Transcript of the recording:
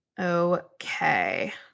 Okay